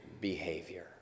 behavior